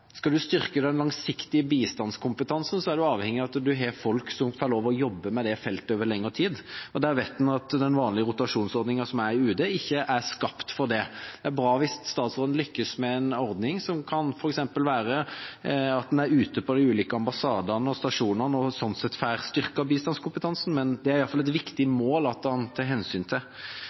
Skal en styrke den langsiktige bistandskompetansen, er en avhengig av at en har folk som får lov til å jobbe med det feltet over lengre tid. Vi vet at den vanlige rotasjonsordningen som brukes i UD, ikke er skapt for det. Det er bra hvis statsråden lykkes med en ordning som f.eks. går ut på at en kan være ute på de ulike ambassadene og stasjonene og slik sett får styrket bistandskompetansen. Det er i alle fall et viktig mål som en må ta hensyn til.